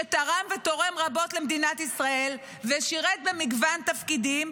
שתרם ותורם רבות למדינת ישראל ושירת במגוון תפקידים,